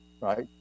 right